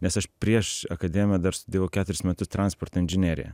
nes aš prieš akademiją dar studijavau keturis metus transporto inžineriją